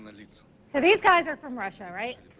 so these guys are from russia, right?